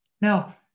Now